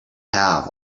have